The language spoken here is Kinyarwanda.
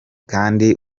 kandi